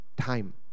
time